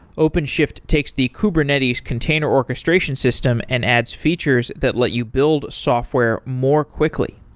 openshift takes the kubernetes container orchestration system and adds features that let you build software more quickly.